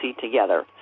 together